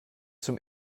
zum